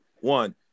One